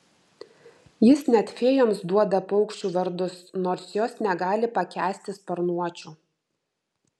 jis net fėjoms duoda paukščių vardus nors jos negali pakęsti sparnuočių